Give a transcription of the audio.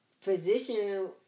physician